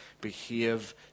behave